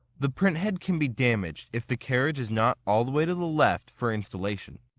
the print head can be damaged if the carriage is not all the way to the left for installation.